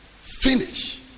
finish